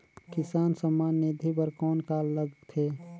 किसान सम्मान निधि बर कौन का लगथे?